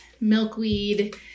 milkweed